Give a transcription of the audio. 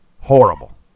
Horrible